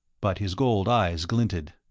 but his gold eyes glinted.